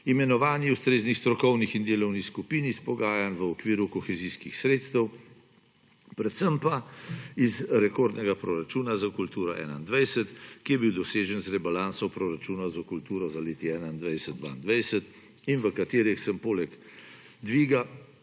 imenovanih ustreznih strokovnih in delovnih skupin iz pogajanj v okviru kohezijskih sredstev, predvsem pa iz rekordnega proračuna za kulturo 2021, ki je bil dosežen z rebalansom proračuna z kulturo za leti 2021–2022 in v katerih sem poleg dviga